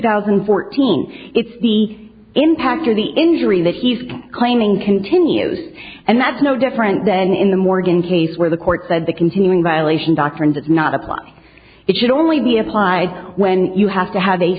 thousand and fourteen it's the impact or the injury that he's claiming continues and that's no different than in the morgan case where the court said the continuing violation doctrine does not apply it should only be applied when you have to have a